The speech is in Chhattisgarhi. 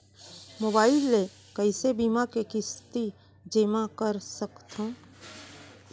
मोबाइल ले कइसे बीमा के किस्ती जेमा कर सकथव?